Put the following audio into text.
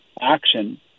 action